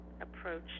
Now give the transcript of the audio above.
approach